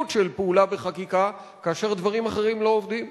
של פעולה בחקיקה כאשר דברים אחרים לא עובדים.